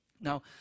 Now